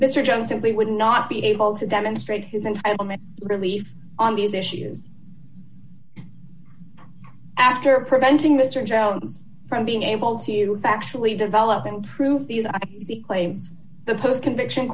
bitter john simply would not be able to demonstrate his entitlement relief on these issues after preventing mr jones from being able to actually develop and prove these claims the post conviction